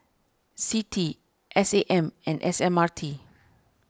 Citi S A M and S M R T